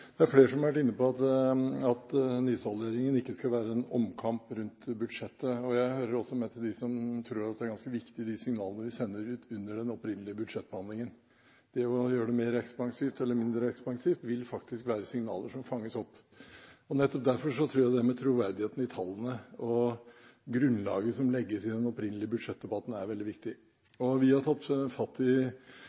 det er flere som har vært inne på at nysalderingen ikke skal være en omkamp om budsjettet. Jeg hører også med til dem som tror at de signalene vi sender ut under den opprinnelige budsjettbehandlingen, er ganske viktige. Det å gjøre det mer ekspansivt eller mindre ekspansivt vil faktisk være signaler som fanges opp. Nettopp derfor tror jeg det med troverdigheten i tallene og grunnlaget som legges i den opprinnelige budsjettdebatten, er veldig viktig. Vi har tatt fatt i